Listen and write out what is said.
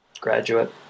Graduate